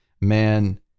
man